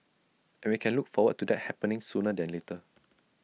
and we can look forward to that happening sooner than later